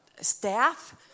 staff